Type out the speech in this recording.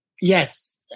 yes